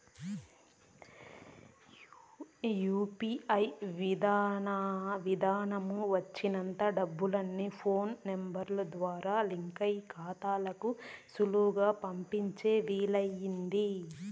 UPI విదానం వచ్చినంత డబ్బుల్ని ఫోన్ నెంబరు ద్వారా లింకయిన కాతాలకు సులువుగా పంపించే వీలయింది